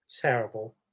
terrible